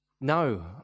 No